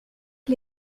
que